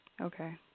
Okay